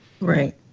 right